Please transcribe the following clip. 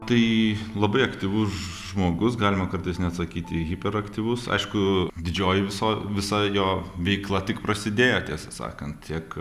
tai labai aktyvus žmogus galima kartais net sakyti hiperaktyvus aišku didžioji viso visa jo veikla tik prasidėjo tiesą sakant tiek